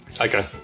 Okay